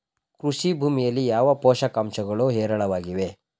ಕೃಷಿ ಭೂಮಿಯಲ್ಲಿ ಯಾವ ಪೋಷಕಾಂಶಗಳು ಹೇರಳವಾಗಿವೆ?